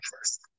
first